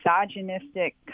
misogynistic